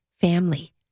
family